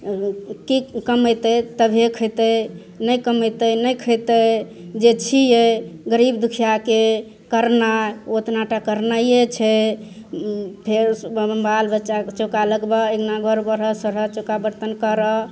की कमेतै तभे खैतै नहि कमेतै नहि खैतै जे छियै गरीब दुखिआके करनाइ ओतना टा करनाइए छै फेर बालबच्चाके चौका लगबऽ अङ्गना घर बढ़ऽ सोढ़ऽ चौका बरतन करऽ